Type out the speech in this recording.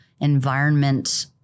environment